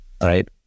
right